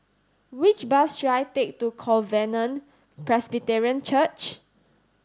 which bus should I take to Covenant Presbyterian Church